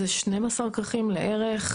זה 12 כרכים לערך,